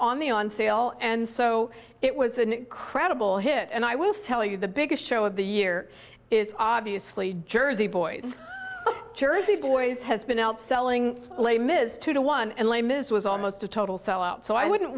on the on sale and so it was an incredible hit and i will tell you the biggest show of the year is obviously jersey boys jersey boys has been outselling lame is two to one and les mis was almost a total sellout so i wouldn't